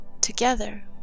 together